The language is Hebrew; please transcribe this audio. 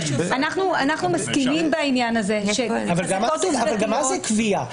אבל מה זאת קביעה?